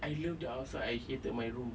I love the outside I hated my room